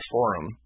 Forum